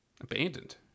Abandoned